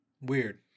Weird